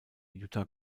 jutta